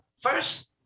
first